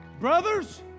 Brothers